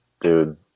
Dude